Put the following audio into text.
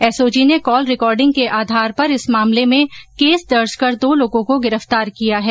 SOG ने call recording के आधार पर इस मामले में केस दर्ज कर दो लोगों को गिरफ्तार किया है